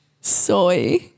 soy